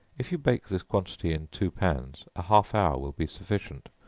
if you bake this quantity in two pans, a half hour will be sufficient,